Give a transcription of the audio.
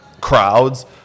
crowds